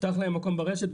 מובטח להם מקום ברשת,